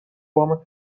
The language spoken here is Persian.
وام